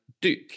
Duke